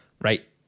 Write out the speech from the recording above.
Right